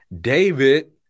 David